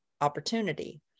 opportunity